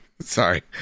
Sorry